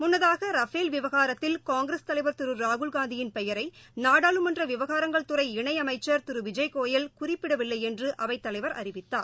முன்னதாக ரபேல் விவகாரத்தில் காங்கிரஸ் தலைவர் திரு ராகுல்காந்தியின் பெயரை நாடாளுமன்ற விவகாரங்கள் துறை இணையமச்சர் திரு விஜய் கோயல் குறிப்பிடவில்லை என்று அவைத் தலைவர் அறிவித்தார்